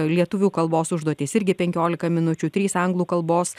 lietuvių kalbos užduotys irgi penkiolika minučių trys anglų kalbos